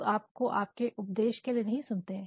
लोग आपको आपके उपदेश के लिए नहीं सुनते हैं